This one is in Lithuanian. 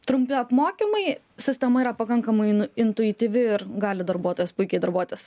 trumpi apmokymai sistema yra pakankamai intuityvi ir gali darbuotojas puikiai darbuotis